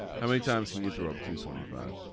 how many times have you throw up to twenty five.